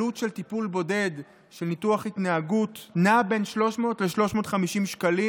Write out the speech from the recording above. עלות של טיפול בודד של ניתוח התנהגות נעה בין 300 ל-350 שקלים,